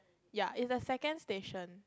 ya it's the second station